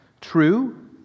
True